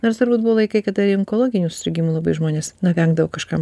nors turbūt laikai kada ir onkologinių susirgimų labai žmonės na vengdavo kažkam